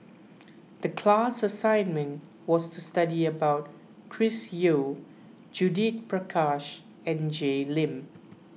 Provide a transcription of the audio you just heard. the class assignment was to study about Chris Yeo Judith Prakash and Jay Lim